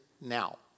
now